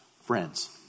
friends